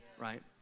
right